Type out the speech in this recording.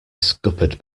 scuppered